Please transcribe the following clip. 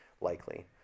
likely